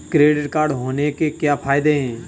Credit card होने के क्या फायदे हैं?